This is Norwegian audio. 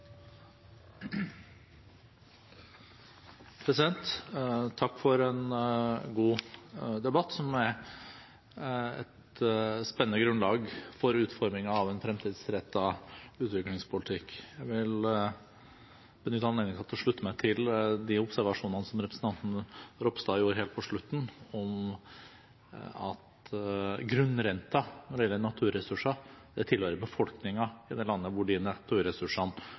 Takk for en god debatt som er et spennende grunnlag for utformingen av en fremtidsrettet utviklingspolitikk. Jeg vil benytte anledningen til å slutte meg til de observasjonene som representanten Ropstad gjorde helt på slutten, om at grunnrenten når det gjelder naturressurser, tilhører befolkningen i det landet hvor de naturressursene